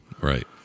Right